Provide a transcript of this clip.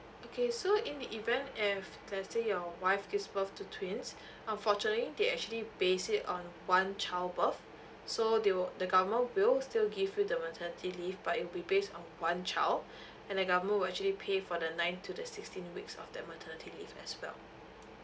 okay so in the event if let's say your wife gives birth to twins unfortunately they actually base it on one childbirth so they will the government will still give you the maternity leave but it'll be based on one child and the government will actually pay for the ninth to the sixteenth weeks of the maternity leave as well